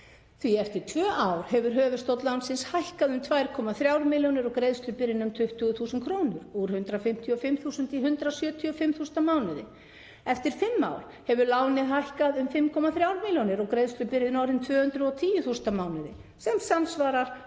því eftir tvö ár hefur höfuðstóll lánsins hækkað um 2,3 milljónir og greiðslubyrðin um 20.000 kr., úr 155.000 í 175.000 á mánuði. Eftir fimm ár hefur lánið hækkað um 5,3 milljónir og greiðslubyrðin orðin 210.000 á mánuði sem samsvarar 8%